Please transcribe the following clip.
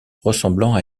ressemblant